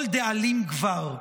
כל דאלים גבר.